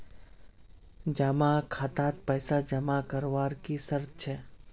जमा खातात पैसा जमा करवार की शर्त छे?